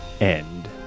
end